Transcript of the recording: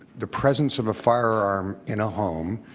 the presence of a firearm in a home